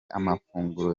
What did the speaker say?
amafunguro